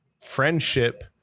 friendship